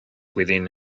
within